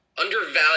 undervalued